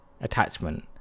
attachment